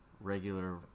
regular